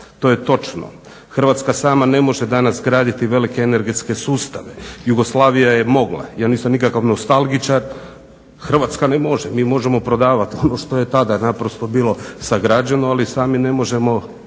To je točno. Hrvatska sama ne može danas graditi velike energetske sustave. Jugoslavija je mogla. Ja nisam nikakav nostalgičar, Hrvatska ne može. Mi možemo prodavati ono što je tada naprosto bilo sagrađeno, ali sami ne možemo